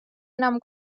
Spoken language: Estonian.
enam